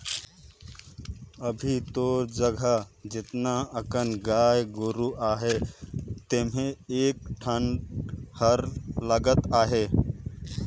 अभी तोर जघा जेतना अकन गाय गोरु अहे तेम्हे कए ठन हर लगत अहे